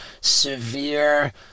severe